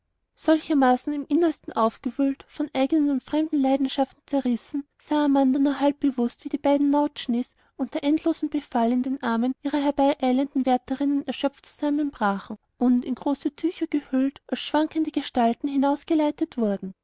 solchermaßen im innersten aufgewühlt von eigenen und fremden leidenschaften zerrissen sah amanda nur halbbewußt wie die beiden nautschnis unter endlosem beifall in den armen ihrer herbeieilenden wärterinnen erschöpft zusammenbrachen und in große tücher gehüllt als schwankende gestalten hinausgeleitet wurden